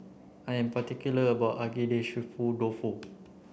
I am particular about my Agedashi dofu